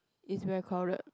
it's very crowded